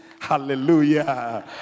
hallelujah